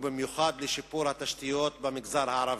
ובמיוחד לשיפור התשתיות במגזר הערבי.